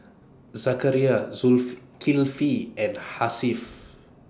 Zakaria and Hasif